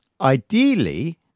ideally